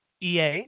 EA